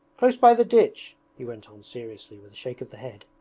close by the ditch he went on seriously with a shake of the head.